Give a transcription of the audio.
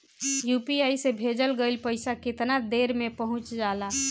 UPI से भेजल गईल पईसा कितना देर में पहुंच जाला?